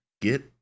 get